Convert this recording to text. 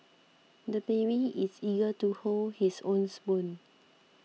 the baby is eager to hold his own spoon